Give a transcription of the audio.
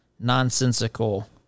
nonsensical